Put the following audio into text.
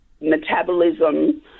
metabolism